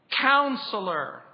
Counselor